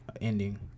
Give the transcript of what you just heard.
ending